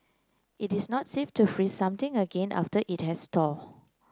it is not safe to freeze something again after it has thawed